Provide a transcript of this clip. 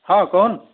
ହଁ କହୁନ୍